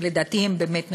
שלדעתי הם באמת נכונים,